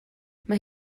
mae